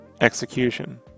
execution